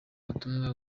butumwa